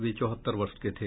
वे चौहत्तर वर्ष के थे